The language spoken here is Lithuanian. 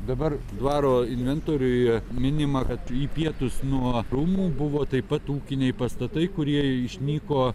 dabar dvaro inventoriuje minima kad į pietus nuo rūmų buvo taip pat ūkiniai pastatai kurie išnyko